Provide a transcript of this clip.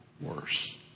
worse